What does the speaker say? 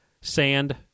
Sand